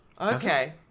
Okay